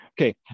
okay